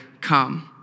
come